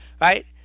right